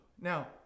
Now